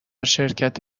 شرکت